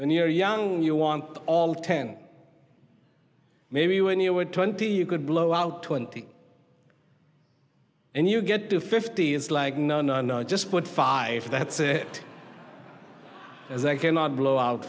when you're young you want all ten maybe when you were twenty you could blow out twenty and you get to fifty is like no no no i just put five that's it as i cannot blow out